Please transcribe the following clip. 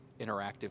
interactive